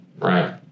Right